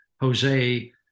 Jose